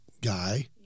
guy